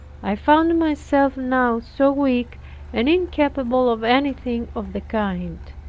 i found myself now so weak and incapable of anything of the kind.